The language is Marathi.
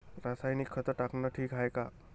रासायनिक खत टाकनं ठीक हाये का?